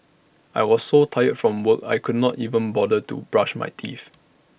I was so tired from work I could not even bother to brush my teeth